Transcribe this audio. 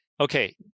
Okay